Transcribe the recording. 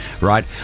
Right